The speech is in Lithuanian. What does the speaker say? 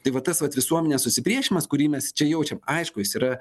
tai va tas vat visuomenės susipriešinimas kurį mes čia jaučiam aišku jis yra